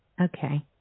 Okay